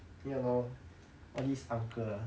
ya lor all these uncle ah